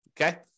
Okay